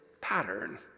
pattern